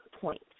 point